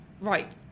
right